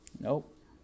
Nope